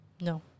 no